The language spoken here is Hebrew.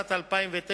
התשס"ט 2009,